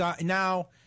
Now